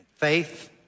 Faith